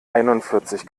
einundvierzig